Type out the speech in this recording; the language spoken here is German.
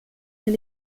hier